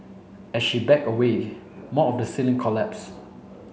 as she backed away more of the ceiling collapsed